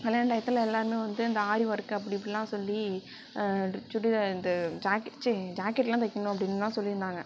கல்யாண டையத்தில் எல்லாருமே வந்து இந்த ஆரி ஒர்க் அப்படி இப்படிலாம் சொல்லி சுடிதார் இந்த ஜாக்கெட் ச்சீ ஜாக்கெட்லாம் தைக்கணும் அப்படினுலாம் சொல்லியிருந்தாங்க